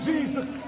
Jesus